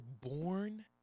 born